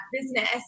business